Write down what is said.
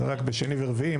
וזה רק בשני ורביעי,